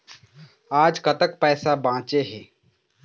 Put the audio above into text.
आज कतक पैसा बांचे हे?